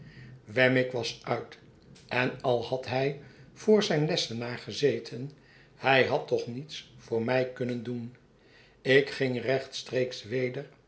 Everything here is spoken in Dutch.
wemmick was uit en al had hij voor zijn lessenaar gezeten hij had toch niets voor mij kunnen doen ik ging rechtstreeks weder